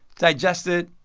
digest it,